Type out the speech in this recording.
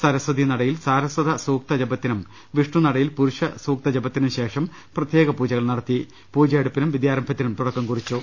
സരസ്വതീ നടയിൽ സാര സ്വത സൂക്ത ജപത്തിനും വിഷ്ണു നടയിൽ പുരുഷ സൂക്ത ജപത്തിനും ശേഷം പ്രത്യേക പൂജകൾ നടത്തി പൂജയെടുപ്പിനും വിദ്യാരംഭത്തിനും തുടക്കം കുറിച്ചു